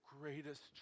greatest